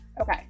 Okay